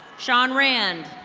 shaun ran.